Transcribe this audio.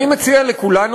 אני מציע לכולנו,